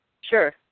Sure